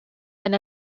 and